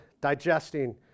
digesting